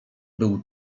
był